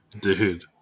Dude